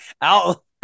out